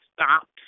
stopped